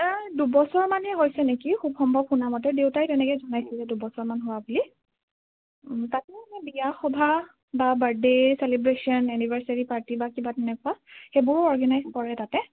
দুবছৰ মানহে হৈছে নেকি খুব সম্ভৱ শুনামতে দেউতাই তেনেকে জনাইছিলে দুবছৰমান হোৱা বুলি তাতে এনে বিয়া সবাহ বা বাৰ্থডে চেলিব্ৰেছন এনিভাৰ্চেৰি পাৰ্টি বা কিবা তেনেকুৱা সেইবোৰো অৰ্গেনাইজ কৰে তাতে